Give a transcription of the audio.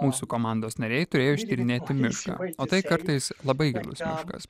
mūsų komandos nariai turėjo ištyrinėti mišką o tai kartais labai gilus miškas